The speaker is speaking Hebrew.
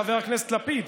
חבר הכנסת לפיד,